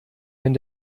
wenn